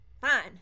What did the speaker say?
Fine